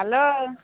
hello